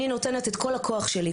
אני נותנת את כל הכוח שלי,